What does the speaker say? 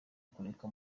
kureka